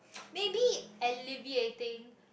maybe alleviating